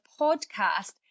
podcast